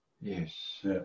Yes